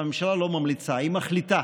הממשלה לא ממליצה, היא מחליטה.